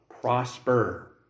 prosper